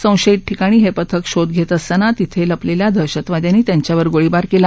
संशयित ठिकाणी हे पथक शोध घेत असताना तिथं लपलेल्या दहशतवाद्यांनी त्यांच्यावर गोळीबार केला